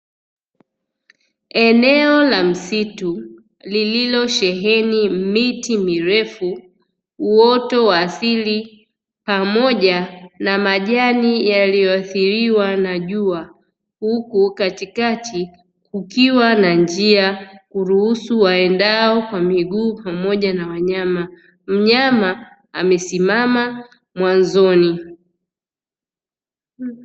Eneo la msitu lililosheheni miti mirefu uoto wa asili pamoja na majani yaliyoathiriwa na jua, huku katikati kukiwa na njia kuruhusu waendao kwa miguu pamoja na wanyama; mnyama amesimama mwanzoni.